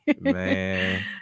Man